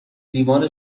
لیوان